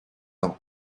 ans